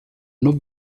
non